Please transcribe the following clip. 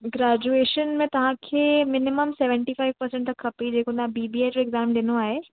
graduation में तव्हांखे minimum seventy five percent त खपे जेको तव्हां बी बी ए जो एग्ज़ाम ॾिनो आहे